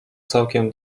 całkiem